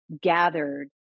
gathered